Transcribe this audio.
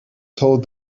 told